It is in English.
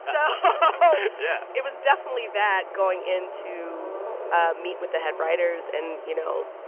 so. yeah it was definitely that going in to ah meet with the head writers and, you know,